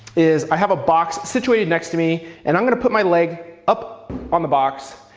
is i have a box situated next to me, and i'm going to put my leg up on the box,